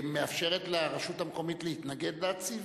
אומר שאחד הכלים למאבק בתאונות הדרכים,